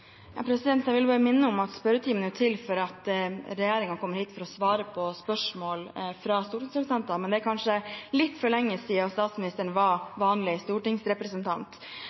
Jeg vil bare minne om at spørretimen er til for at regjeringen kommer hit for å svare på spørsmål fra stortingsrepresentanter, men det er kanskje litt for lenge siden statsministeren var vanlig stortingsrepresentant.